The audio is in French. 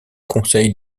conseil